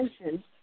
attention